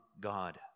God